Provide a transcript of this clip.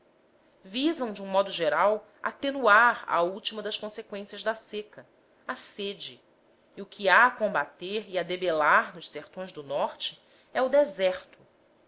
visam de um modo geral atenuar a última das conseqüências da seca a sede e o que há a combater e a debelar nos sertões do norte é o deserto